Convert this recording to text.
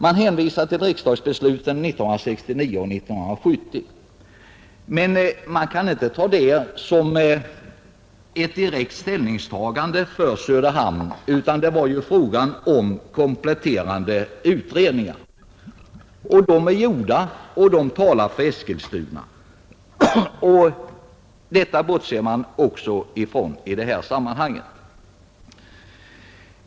Man hänvisar till riksdagsbesluten 1969 och 1970, men man kan inte ta detta som ett direkt ställningstagande för Söderhamn, ty det var ju fråga om kompletterande utredningar. De är gjorda, och de talar för Eskilstuna. Det bortser man också ifrån i detta sammanhang.